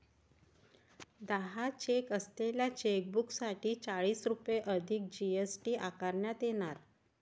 दहा चेक असलेल्या चेकबुकसाठी चाळीस रुपये अधिक जी.एस.टी आकारण्यात येणार